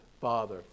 father